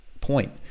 point